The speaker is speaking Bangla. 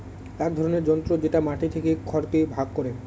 এক ধরনের যন্ত্র যেটা মাটি থেকে খড়কে ভাগ করে